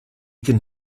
can